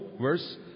verse